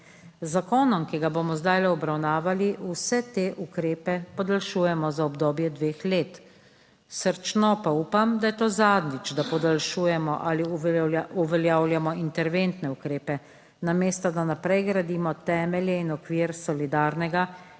Z zakonom, ki ga bomo zdaj obravnavali, vse te ukrepe podaljšujemo za obdobje dveh let. Srčno pa upam, da je to zadnjič, da podaljšujemo ali uveljavljamo interventne ukrepe, namesto, da naprej gradimo temelje in okvir solidarnega